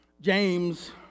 James